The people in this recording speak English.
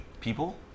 people